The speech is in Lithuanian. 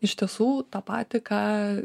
iš tiesų tą patį ką